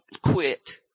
quit